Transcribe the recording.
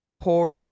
poor